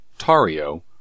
Tario